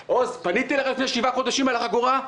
פניתי אליך לפני שבעה חודשים בעניין החגורה.